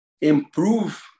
improve